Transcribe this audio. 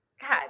God